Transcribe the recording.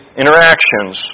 interactions